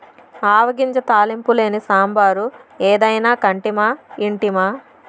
ఆవ గింజ తాలింపు లేని సాంబారు ఏదైనా కంటిమా ఇంటిమా